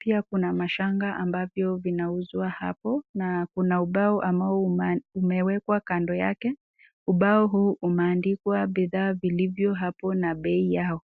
Pia kuna mashanga ambavyo vinauzwa hapo, na kuna ubao ambao umewekwa kando yake, ubao huu umeandikwa bidhaa vilivyo hapo na bei yao.